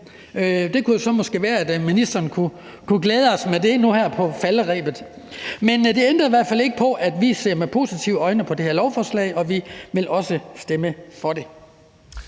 Det kunne måske være, at ministeren så kunne glæde os med det nu her på falderebet. Det ændrer dog ikke på, at vi i hvert fald ser med positive øjne på det her lovforslag, og at vi også vil stemme for det.